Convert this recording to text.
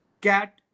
Cat